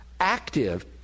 active